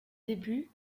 débuts